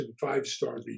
five-star